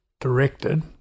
directed